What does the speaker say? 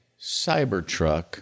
Cybertruck